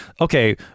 okay